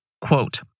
Quote